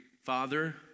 Father